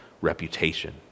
reputation